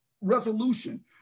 resolution